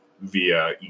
via